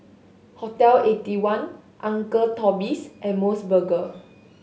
Hotel Eighty one Uncle Toby's and Mos Burger